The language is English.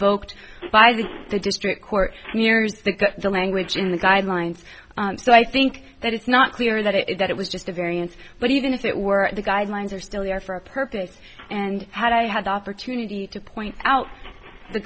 invoked by the the district court mirrors the language in the guidelines so i think that it's not clear that it is that it was just a variance but even if it were the guidelines are still there for a purpose and had i had the opportunity to point out the